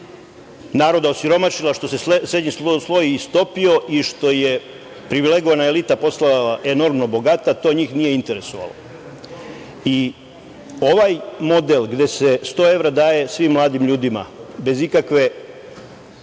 naroda osiromašila, što se srednji sloj istopio i što je privilegovana elita postala enormno bogata, to njih nije interesovalo. Ovaj model gde se sto evra daje svim mladim ljudima, bez ikakve